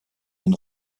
den